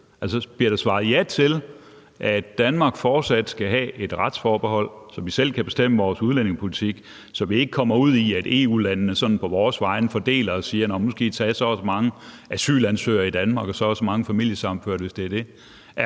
Altså, bliver der svaret ja til, at Danmark fortsat skal have et retsforbehold, så vi selv kan bestemme vores udlændingepolitik, og så vi ikke kommer ud i, at EU-landene sådan på vores vegne fordeler og siger: Nu skal I tage så og så mange asylansøgere i Danmark og så og så mange familiesammenførte, hvis det er det.